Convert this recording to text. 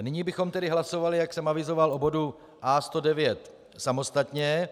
Nyní bychom hlasovali, jak jsem avizoval, o bodu A109 samostatně.